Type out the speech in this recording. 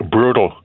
Brutal